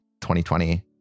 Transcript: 2020